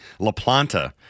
LaPlanta